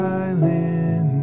Silent